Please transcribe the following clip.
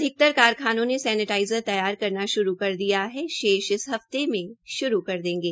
अधिकतर कारखानों ने सेनेटाइज़र तैयार करना श्रू कर दिया है शेष इस हफ्ते के में श्रू कर देंगे